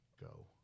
Go